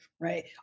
right